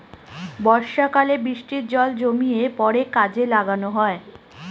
বর্ষাকালে বৃষ্টির জল জমিয়ে পরে কাজে লাগানো হয়